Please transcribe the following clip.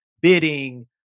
bidding